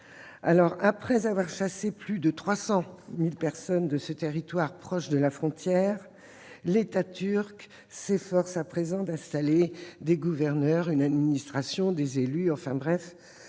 Après avoir chassé plus de 300 000 personnes de ce territoire proche de sa frontière, l'État turc s'efforce à présent d'y installer des gouverneurs, une administration, des élus, bref